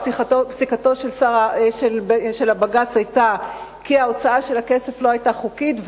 פסיקתו של הבג"ץ היתה כי ההוצאה של הכסף לא היתה חוקית,